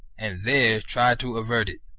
and there tried to avert it.